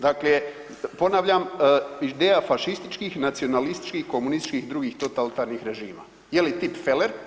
Dakle, ponavljam ideja fašističkih, nacionalističkih, komunističkih i drugim totalitarnih režima, je li tipfeler?